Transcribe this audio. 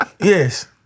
Yes